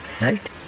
Right